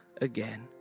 again